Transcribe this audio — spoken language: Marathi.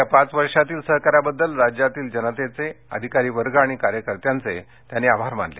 गेल्या पाच वर्षातील सहकार्याबद्दल राज्यातील जनतेचे अधिकारीवर्ग आणि कार्यकर्त्यांचे त्यांनी आभार मानले